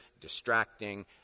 distracting